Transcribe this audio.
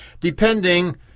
depending